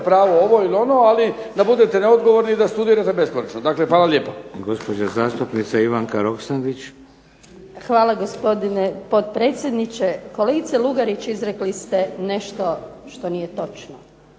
pravo ovo ili ono, ali da budete neodgovorni i da studirate beskonačno. Hvala lijepa.